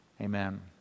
amen